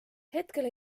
hetkel